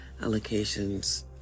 allocations